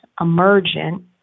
emergent